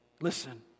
Listen